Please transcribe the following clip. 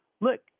Look